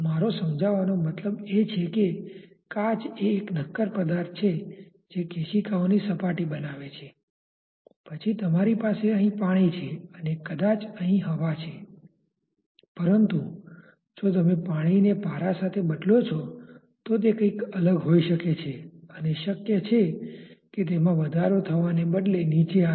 મારો સમજાવવાનો મતલબ એ છે કે કાચ એ એક નક્કર પદાર્થ છે જે કેશિકાઓની સપાટી બનાવે છે પછી તમારી પાસે અહીં પાણી છે અને કદાચ અહીં હવા છે પરંતુ જો તમે પાણીને પારા સાથે બદલો છો તો તે કંઇક અલગ હોઇ શકે છે અને શક્ય છે કે તેમાં વધારો થવાને બદલે નીચે આવે